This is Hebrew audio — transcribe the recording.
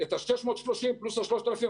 את ה-630 פלוס ה-3,000.